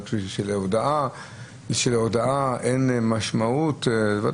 ודאי שלהודאה יש משמעות.